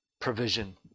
provision